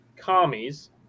Commies